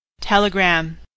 Telegram